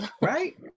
Right